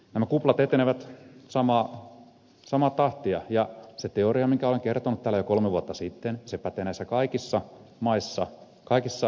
nämä kuplat etenevät samaa tahtia ja se teoria minkä olen kertonut täällä jo kolme vuotta sitten se pätee näissä kaikissa maissa kaikissa talousalueissa